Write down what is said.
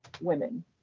women